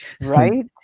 Right